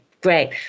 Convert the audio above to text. great